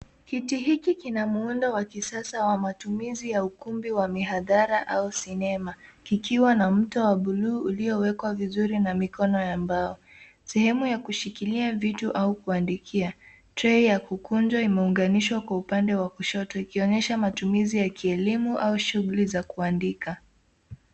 Kiti hiki kina muundo wa kisasa wa matumizi ya ukumbi wa mihadhara au sinema, kikiwa na mto wa buluu uliowekwa vizuri na mikono ya mbao. Sehemu ya kushikilia vitu au kuandikia. Trei ya kukunjwa imeunganishwa kwa upande wa kushoto ikionyesha matumizi ya kielimu au shughuli za kuandika.